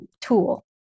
tool